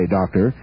doctor